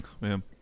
man